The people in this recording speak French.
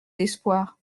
d’espoir